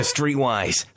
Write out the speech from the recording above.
Streetwise